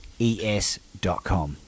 es.com